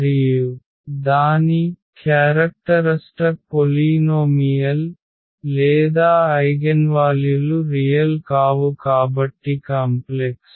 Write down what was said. మరియు దాని లక్షణం బహుపది లేదా ఐగెన్వాల్యులు రియల్ కావు కాబట్టి కాంప్లెక్స్